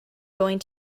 going